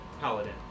Paladin